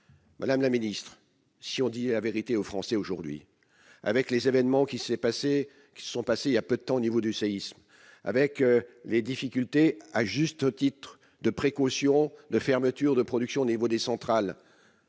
Madame la ministre, si on dit la vérité aux Français aujourd'hui avec les événements qui s'est passé, qui se sont passés il y a peu de temps au niveau du séisme, avec les difficultés à juste titre de précaution de fermeture de production au niveau des centrales.